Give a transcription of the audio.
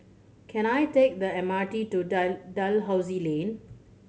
can I take the M R T to Dalhousie Lane